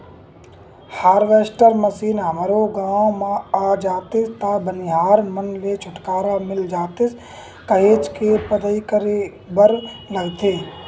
harvester machine हमरो गाँव म आ जातिस त बनिहार मन ले छुटकारा मिल जातिस काहेच के पदई करे बर लगथे